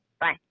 Bye